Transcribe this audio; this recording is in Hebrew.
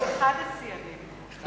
אחד השיאנים.